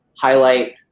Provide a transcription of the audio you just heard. highlight